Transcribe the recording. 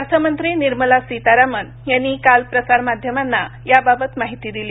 अर्थमंत्री निर्मला सीतारामन यांनी काल प्रसारमाध्यमांना याबाबत माहिती दिली